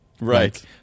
Right